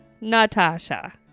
Natasha